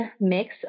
mix